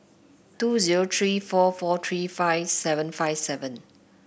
two zero three four four three five seven five seven